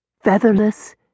featherless